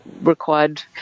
required